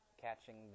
catching